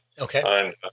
Okay